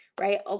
right